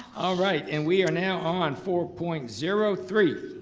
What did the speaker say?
all right and we are now on four point zero three.